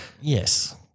Yes